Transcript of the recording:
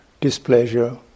displeasure